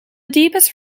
deepest